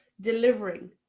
delivering